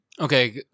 Okay